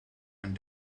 and